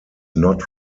not